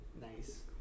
nice